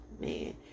man